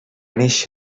néixer